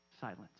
silence